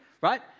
right